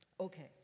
Okay